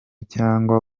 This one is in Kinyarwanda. cyangwa